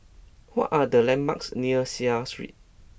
what are the landmarks near Seah Street